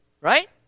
right